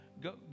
go